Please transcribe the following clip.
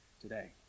today